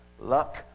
luck